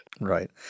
Right